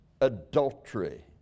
adultery